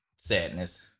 sadness